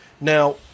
Now